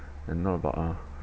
they're not about uh